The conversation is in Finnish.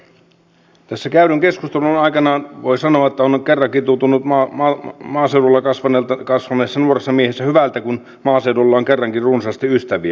tässä käydyn keskustelun aikana voi sanoa että on kerrankin tuntunut maaseudulla kasvaneesta nuoresta miehestä hyvältä kun maaseudulla on kerrankin runsaasti ystäviä